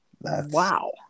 Wow